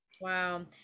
wow